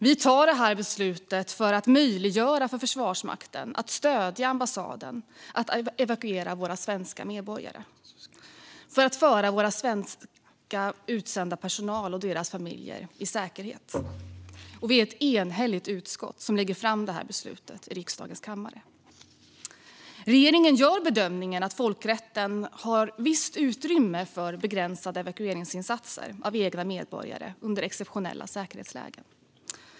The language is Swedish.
Vi tar beslutet för att möjliggöra för Försvarsmakten att stödja ambassaden i att evakuera våra svenska medborgare och föra vår utsända personal och deras familjer i säkerhet. Vi är ett enhälligt utskott som lägger fram förslaget i riksdagens kammare. Regeringen gör bedömningen att folkrätten ger visst utrymme för begränsade evakueringsinsatser när det gäller egna medborgare vid exceptionella säkerhetslägen.